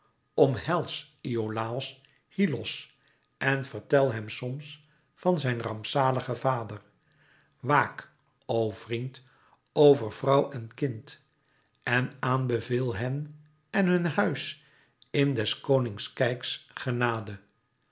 omhels iolàos hyllos en vertel hem soms van zijn rampzaligen vader waak o vriend over vrouw en kind en aanbeveel hen en hun huis in des konings keyx's genade